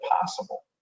possible